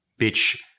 bitch